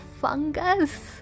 fungus